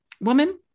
woman